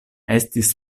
estis